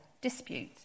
dispute